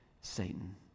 Satan